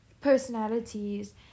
personalities